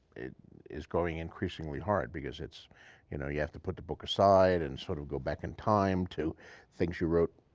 is growing increasingly hard because you know you have to put the book aside and sort of go back in time to things you wrote